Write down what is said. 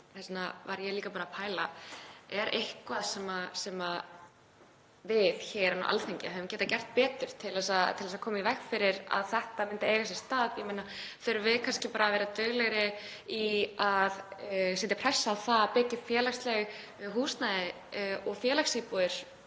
Þess vegna var ég líka að pæla: Er eitthvað sem við hér á Alþingi hefðum getað gert betur til að koma í veg fyrir að þetta myndi eiga sér stað? Þurfum við kannski að vera duglegri við að setja pressu á að byggja upp félagslegt húsnæði og félagsíbúðir